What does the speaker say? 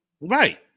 Right